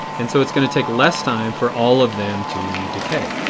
and so it is going to take less time for all of them to decay.